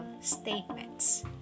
statements